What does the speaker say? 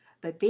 but,